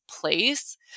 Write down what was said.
place